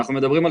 אנחנו מדברים על